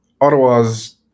Ottawa's